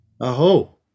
Aho